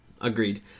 agreed